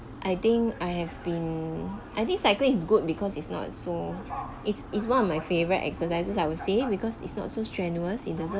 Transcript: I think I have been I think cycling is good because it's not so it's it's one of my favorite exercises I would say because is not so strenuous it doesn't